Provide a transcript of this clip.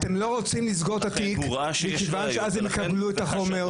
אתם לא רוצים לסגור את התיק מכיוון שאז הם יקבלו את החומר.